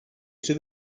sui